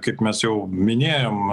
kaip mes jau minėjom